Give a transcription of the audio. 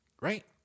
right